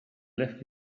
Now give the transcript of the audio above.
left